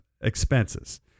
expenses